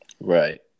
Right